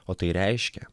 o tai reiškia